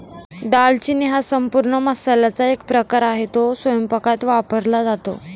दालचिनी हा संपूर्ण मसाल्याचा एक प्रकार आहे, तो स्वयंपाकात वापरला जातो